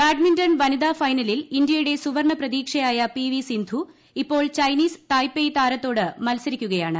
badminton വനിതാ ഫ്ലൈന്റ്ലിൽ ഇന്ത്യയുടെ സുവർണ്ണ പ്രതീക്ഷയായ പി വി സിന്ധു ഇപ്പോൾ ചൈനീസ് തായ്പെയ് താരത്തോട് മൽസരിക്കുകയാണ്